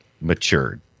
matured